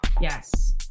Yes